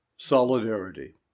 Solidarity